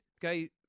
guy